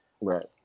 right